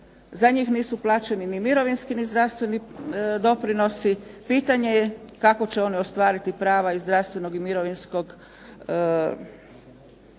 za njih nisu plaćeni ni mirovinski ni zdravstveni doprinosi. Pitanje je kako će oni ostvariti prava iz zdravstvenog i mirovinskog po osnovi